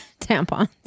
tampons